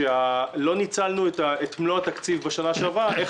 על כך שלא ניצלנו את מלוא התקציב בשנה שעברה ולכן